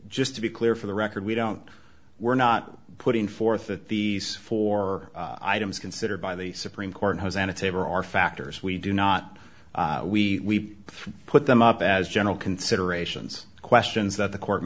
just to be clear for the record we don't we're not putting forth that these four items considered by the supreme court has annotator are factors we do not we put them up as general considerations questions that the court